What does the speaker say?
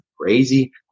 crazy